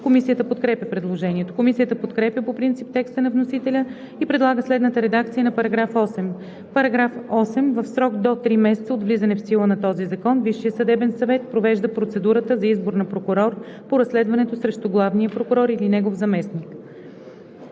Комисията подкрепя предложението. Комисията подкрепя по принцип текста на вносителя и предлага следната редакция на § 8: „§ 8. В срок до три месеца от влизането в сила на този закон Висшият съдебен съвет провежда процедурата за избор на прокурор по разследването срещу главния прокурор или негов заместник.“